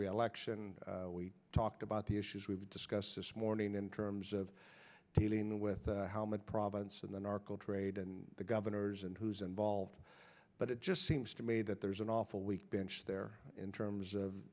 reelection we talked about the issues we've discussed this morning in terms of dealing with the province and the narco trade and the governors and who's involved but it just seems to me that there's an awful week bench there in terms of